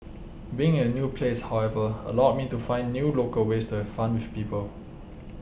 being in a new place however allowed me to find new local ways to have fun with people